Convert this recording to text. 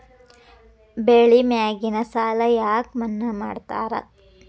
ಬೆಳಿ ಮ್ಯಾಗಿನ ಸಾಲ ಯಾಕ ಮನ್ನಾ ಮಾಡ್ತಾರ?